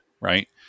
right